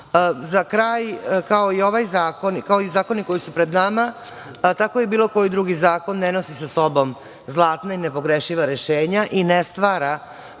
kraj, kao i zakoni koji su pred nama, tako i bilo koji drugi zakon ne nosi sa sobom zlatna i nepogrešiva rešenja i ne stvara